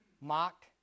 mocked